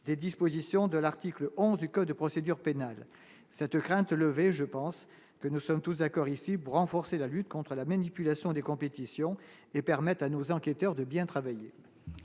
des dispositions de l'article 11 du code de procédure pénale, cette crainte levée, je pense que nous sommes tous accord ici forcer la lutte contre la manipulation des compétitions et permettent à nos enquêteurs de bien travailler.